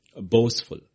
Boastful